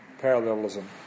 parallelism